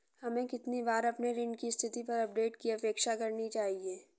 हमें कितनी बार अपने ऋण की स्थिति पर अपडेट की अपेक्षा करनी चाहिए?